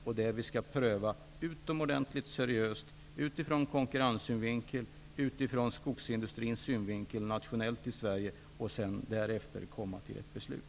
Det är detta vi skall pröva utomordentligt seriöst, utifrån konkurrenssynvinkel, utifrån skogsindustrins synvinkel och nationellt i Sverige för att därefter komma fram till ett beslut.